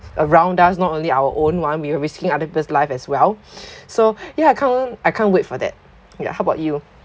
around us not only our own [one] we are risking other people's life as well so ya can't I can't wait for that yeah how about you